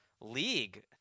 league